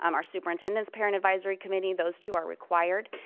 um our superintendent's parent advisory committee. those two are required.